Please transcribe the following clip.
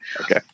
Okay